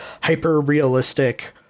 hyper-realistic